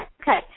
Okay